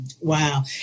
Wow